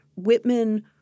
Whitman